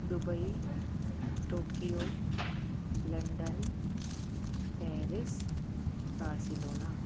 Dubai Tokyo London Paris Barcelona